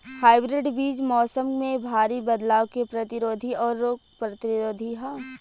hybrid बीज मौसम में भारी बदलाव के प्रतिरोधी और रोग प्रतिरोधी ह